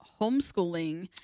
homeschooling